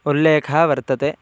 उल्लेखः वर्तते